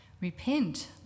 Repent